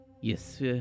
yes